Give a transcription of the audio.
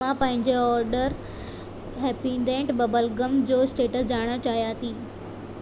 मां पंहिंजे order Happydent bubblegum जो स्टेटस ॼाणण चाहियां थी